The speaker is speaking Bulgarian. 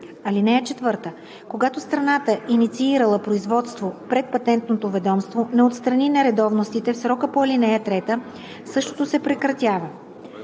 друго. (4) Когато страната, инициирала производство пред Патентното ведомство не отстрани нередовностите в срока по ал. 3, същото се прекратява.